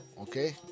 Okay